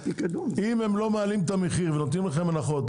אם הם לא מעלים את המחיר ונותנים לך הנחות.